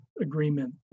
agreement